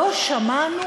לא שמענו